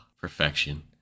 perfection